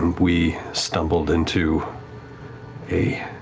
we stumbled into a